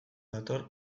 dator